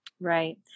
right